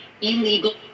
illegal